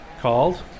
called